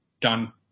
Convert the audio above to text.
done